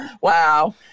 Wow